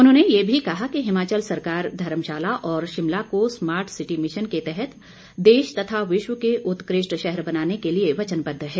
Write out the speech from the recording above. उन्होंने ये भी कहा कि हिमाचल सरकार धर्मशाला और शिमला को स्मार्ट सिटी मिशन के तहत देश तथा विश्व के उत्कृष्ट शहर बनाने के लिए वचनबद्ध है